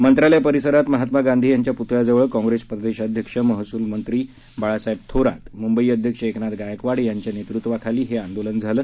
मंत्रालय परिसरात महात्मा गांधी यांच्या पुतळ्याजवळ काँप्रेस प्रदेशाध्यक्ष आणि महसूल मंत्री बाळासाहेब थोरात मुंबई अध्यक्ष एकनाथ गायकवाड यांच्या नेतृत्वाखाली हे आंदोलन झालं